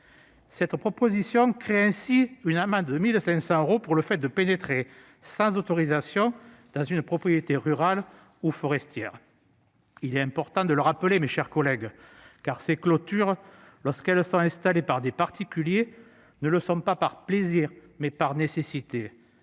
Elle crée ainsi une amende de 1 500 euros pour le fait de pénétrer sans autorisation dans une propriété rurale ou forestière. Il est important de le rappeler, mes chers collègues, car ces clôtures, lorsqu'elles sont installées par des particuliers, le sont non pas par plaisir, mais par nécessité.